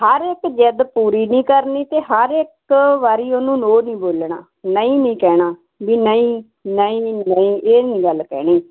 ਹਰ ਇੱਕ ਜਿੱਦ ਪੂਰੀ ਨਹੀਂ ਕਰਨੀ ਤੇ ਹਰ ਇੱਕ ਵਾਰੀ ਉਹਨੂੰ ਨੋ ਨਹੀਂ ਬੋਲਣਾ ਨਹੀਂ ਨਹੀਂ ਕਹਿਣਾ ਵੀ ਨਹੀਂ ਨਹੀਂ ਇਹ ਨਹੀਂ ਗੱਲ ਕਹਿਣੀ